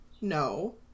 no